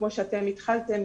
כמו שאתם התחלתם,